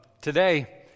today